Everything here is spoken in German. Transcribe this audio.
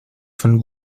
von